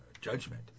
judgment